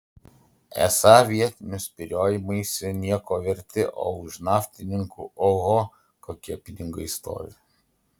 esą vietinių spyriojimaisi nieko verti o už naftininkų oho kokie pinigai stovi